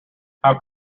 how